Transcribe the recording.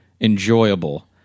enjoyable